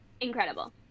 Incredible